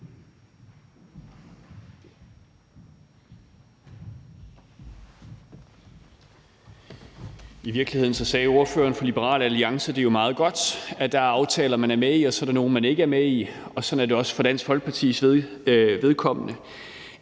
I virkeligheden sagde ordføreren fra Liberal Alliance det jo meget godt: Der er aftaler, man er med i, og så er der nogle, man ikke er med i. Sådan er det også for Dansk Folkepartis vedkommende;